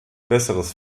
besseres